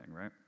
right